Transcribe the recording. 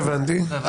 לא הבנתי.